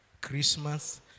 Christmas